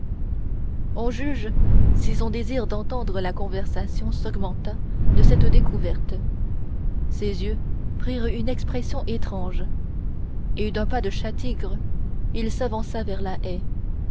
on juge si son désir d'entendre la conversation s'augmenta de cette découverte ses yeux prirent une expression étrange et d'un pas de chat-tigre il s'avança vers la haie